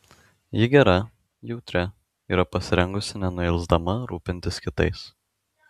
ji gera jautri yra pasirengusi nenuilsdama rūpintis kitais